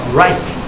right